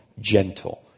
Gentle